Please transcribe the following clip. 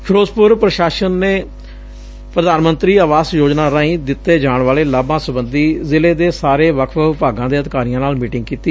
ਫਿਰੋਜ਼ਪੁਰ ਪ੍ਰਸ਼ਾਸਨ ਨੇ ਪ੍ਰਧਾਨ ਮੰਤਰੀ ਆਵਾਸ ਯੋਜਨਾ ਰਾਹੀ ਦਿੱਤੇ ਜਾਣ ਵਾਲੇ ਲਾਭਾਂ ਸਬੰਧੀ ਜ਼ਿਲ੍ਹੇ ਦੇ ਸਾਰੇ ਵੱਖ ਵੱਖ ਵਿਭਾਗਾਂ ਦੇ ਅਧਿਕਾਰੀਆਂ ਨਾਲ ਮੀਟਿੰਗ ਕੀਤੀ